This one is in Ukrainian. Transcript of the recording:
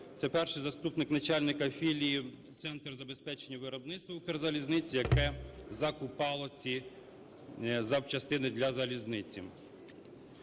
це перший заступник начальника філії "Центр забезпечення виробництва" "Укрзалізниці", яке закупало ці запчастини для залізниці.